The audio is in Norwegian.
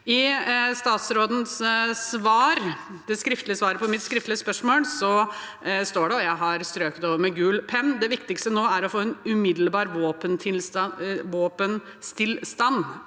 I statsrådens svar, det skriftlige svaret på mitt skriftlige spørsmål, står det, og jeg har strøket over med gul penn: Det viktigste nå er å få en umiddelbar våpenstillstand